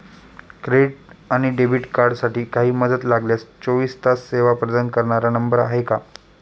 Credit आणि debit कार्डसाठी काही मदत लागल्यास चोवीस तास सेवा प्रदान करणारा नंबर आहे का?